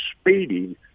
speeding